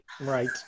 right